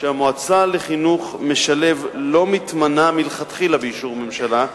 שהמועצה לחינוך משלב לא מתמנה מלכתחילה באישור הממשלה,